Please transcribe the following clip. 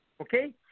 okay